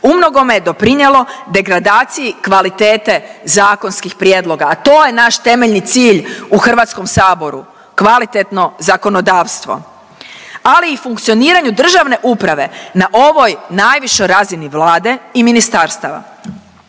umnogome je doprinijelo degradaciji kvalitete zakonskih prijedloga, a to je naš temeljni cilj u HS-u, kvalitetno zakonodavstvo, ali i funkcioniranju državne uprave na ovoj najvišoj razini Vlade i ministarstava.